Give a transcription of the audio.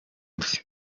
bye